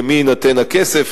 למי יינתן הכסף,